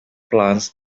plants